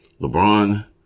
LeBron